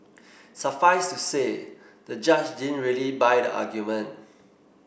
suffice to say the judge didn't really buy the argument